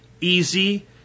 easy